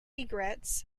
egrets